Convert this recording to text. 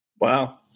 Wow